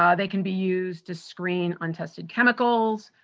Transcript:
um they can be used to screen untested chemicals,